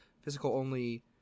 physical-only